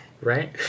Right